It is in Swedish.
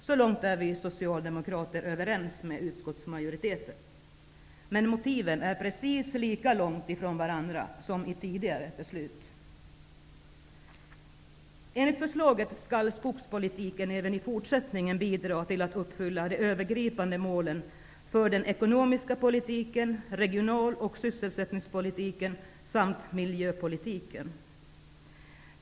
Så långt är vi socialdemokrater överens med utskottsmajoriteten. Men motiven är precis lika långt ifrån varandra som i tidigare beslut. Enligt förslaget skall skogspolitiken även i fortsättningen bidra till att uppfylla de övergripande målen för den ekonomiska politiken, regional och sysselsättningspolitiken samt miljöpolitiken.